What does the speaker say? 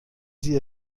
sie